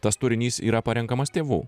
tas turinys yra parenkamas tėvų